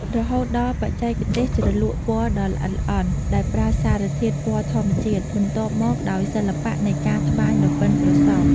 រហូតដល់បច្ចេកទេសជ្រលក់ពណ៌ដ៏ល្អិតល្អន់ដោយប្រើសារធាតុពណ៌ធម្មជាតិ បន្ទាប់មកដោយសិល្បៈនៃការត្បាញដ៏ប៉ិនប្រសប់។